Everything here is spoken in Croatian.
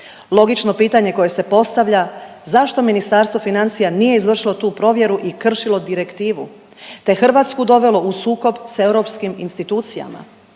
Logično pitanje koje se postavlja zašto Ministarstvo financija nije izvršilo tu provjeru i kršilo direktivu, te Hrvatsku dovelo u sukob sa europskim institucijama.